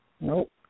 Nope